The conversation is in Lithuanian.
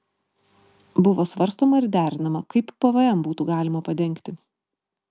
buvo svarstoma ir derinama kaip pvm būtų galima padengti